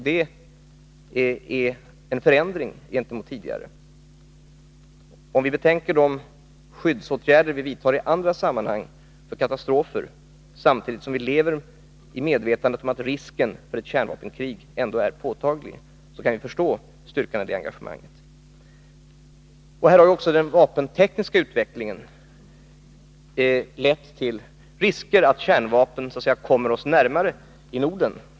Det är en förändring gentemot tidigare. Om vi betänker de skyddsåtgärder vi i andra sammanhang vidtar mot katastrofer samtidigt som vi lever i medvetandet om att risken för ett kärnvapenkrig ändå är påtaglig, kan vi förstå styrkan i engagemanget. Också den vapentekniska utvecklingen har lett till ökad risk för att kärnvapnen så att säga kommer oss i Norden närmare.